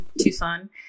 Tucson